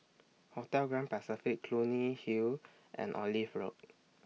Hotel Grand Pacific Clunny Hill and Olive Road